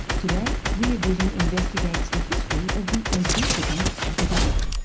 today, rear vision investigates the history of the obesity epidemic.